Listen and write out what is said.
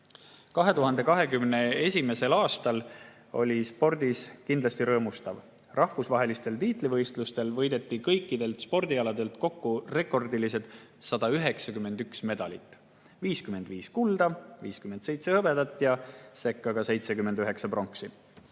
2021. aasta oli spordis kindlasti rõõmustav. Rahvusvahelistel tiitlivõistlustel võideti kõikidelt spordialadelt kokku rekordilised 191 medalit: 55 kulda, 57 hõbedat ja sekka 79 pronksi.